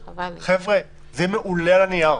זה יהיה מעולה על הנייר.